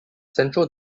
central